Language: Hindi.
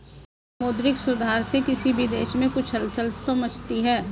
मौद्रिक सुधार से किसी भी देश में कुछ हलचल तो मचती है